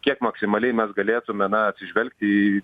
kiek maksimaliai mes galėtume na atsižvelgti